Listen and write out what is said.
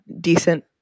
decent